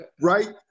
Right